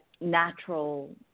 natural